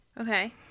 Okay